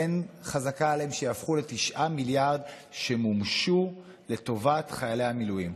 אין חזקה שיהפכו ל-9 מיליארד שמומשו לטובת חיילי המילואים.